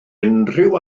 unrhyw